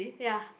ya